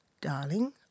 Darling